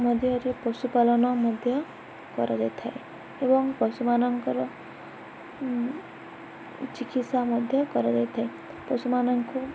ମଧ୍ୟରେ ପଶୁପାଳନ ମଧ୍ୟ କରାଯାଇଥାଏ ଏବଂ ପଶୁମାନଙ୍କର ଚିକିତ୍ସା ମଧ୍ୟ କରାଯାଇଥାଏ ପଶୁମାନଙ୍କୁ